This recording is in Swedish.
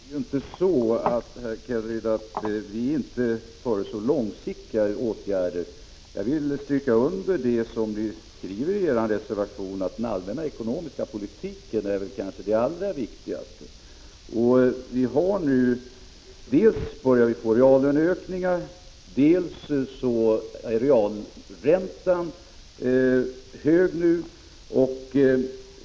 Herr talman! Det är inte så, herr Kenneryd, att vi inte föreslår långsiktiga åtgärder. Jag vill understryka det som ni skriver i er reservation, att den allmänna ekonomiska politiken är det allra viktigaste. Vi börjar nu få reallöneökningar, och realräntan är nu hög.